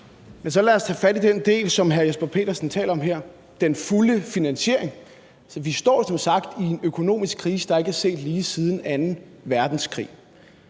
(V): Så lad os tage fat i den del, som hr. Jesper Petersen taler om her, nemlig den fulde finansiering. Vi står som sagt i en økonomisk krise, hvis lige ikke er set siden anden verdenskrig,